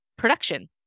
production